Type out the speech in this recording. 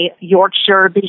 Yorkshire